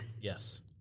Yes